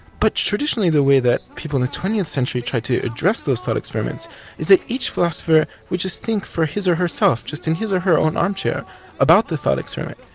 but traditionally the way that people in the twentieth century tried to address those thought experiments is that each philosopher would just think for his or herself, just his or her own armchair about the thought experiment.